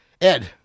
Ed